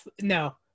No